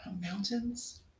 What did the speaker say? mountains